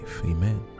Amen